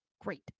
great